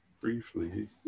briefly